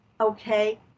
Okay